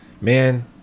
man